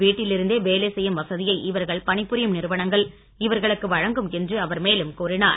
வீட்டிலிருந்தே வேலை செய்யும் வசதியை இவர்கள் பணிபுரியும் நிறுவனங்கள் இவர்களுக்கு வழங்கும் என்று அவர் மேலும் கூறினார்